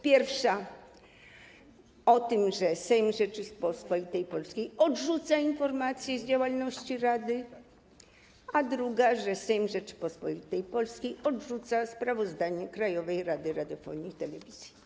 Pierwsza mówi o tym, że Sejm Rzeczypospolitej Polskiej odrzuca informację z działalności rady, a druga o tym, że Sejm Rzeczypospolitej Polskiej odrzuca sprawozdanie Krajowej Rady Radiofonii i Telewizji.